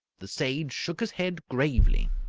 the sage shook his head gravely.